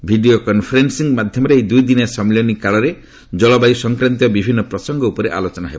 video conferencing ମାଧ୍ୟମରେ ଏହି ଦୁଇ ଦିନିଆ ସମ୍ମିଳନୀ କାଳରେ ଜଳବାୟୁ ସଂକ୍ରାନ୍ତୀୟ ବିଭିନ୍ନ ପ୍ରସଙ୍ଗ ଉପରେ ଆଲୋଚନା ହେବ